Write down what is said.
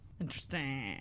Interesting